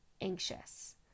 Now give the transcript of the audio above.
anxious